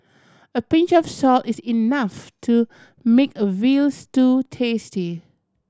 a pinch of salt is enough to make a veal stew tasty